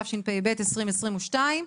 התשפ"ב-2022.